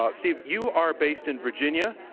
ah steve, you are based in virginia,